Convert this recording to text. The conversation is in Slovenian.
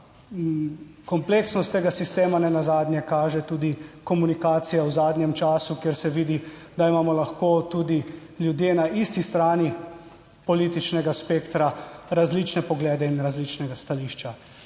Kompleksnost tega sistema nenazadnje kaže tudi komunikacija v zadnjem času, kjer se vidi, da imamo lahko tudi ljudje na isti strani političnega spektra različne poglede in različna stališča.